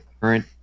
current